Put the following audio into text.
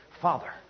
Father